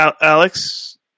Alex